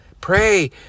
Pray